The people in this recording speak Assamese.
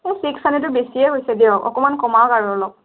এই ছিক্স হাণড্ৰেদটো বেছিয়ে হৈছে দিয়ক অকণমান কমাওক আৰু অলপ